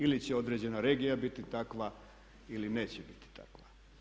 Ili će određena regija biti takva ili neće biti takva.